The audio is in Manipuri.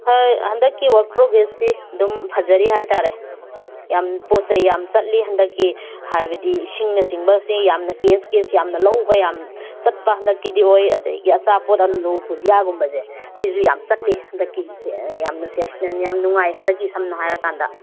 ꯍꯣꯏ ꯍꯟꯗꯛꯀꯤ ꯋꯔꯛ ꯄ꯭ꯔꯣꯒ꯭ꯔꯦꯁꯁꯦ ꯑꯗꯨꯝ ꯐꯖꯔꯤ ꯍꯥꯏ ꯇꯥꯔꯦ ꯌꯥꯝ ꯄꯣꯠꯆꯩ ꯌꯥꯝ ꯆꯠꯂꯤ ꯍꯟꯗꯛꯀꯤ ꯍꯥꯏꯕꯗꯤ ꯏꯁꯤꯡꯅ ꯆꯤꯡꯕꯁꯤ ꯌꯥꯝꯅ ꯀꯦꯁ ꯀꯦꯁ ꯌꯥꯝ ꯂꯧꯕ ꯆꯠꯄ ꯍꯟꯗꯛꯀꯤꯗꯤ ꯑꯣꯏ ꯑꯗꯩꯒꯤ ꯑꯆꯥꯄꯣꯠ ꯑꯂꯨ ꯕꯨꯖꯤꯌꯥꯒꯨꯝꯕꯁꯦ ꯁꯤꯁꯨ ꯌꯥꯝ ꯆꯠꯂꯤ ꯍꯟꯗꯛꯀꯤ ꯌꯥꯝꯅ ꯁꯦꯜꯁ ꯃꯦꯟ ꯌꯥꯝ ꯅꯨꯡꯉꯥꯏ ꯍꯟꯗꯛꯀꯤ ꯁꯝꯅ ꯍꯥꯏꯔ ꯀꯥꯟꯗ